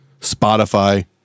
Spotify